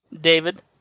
David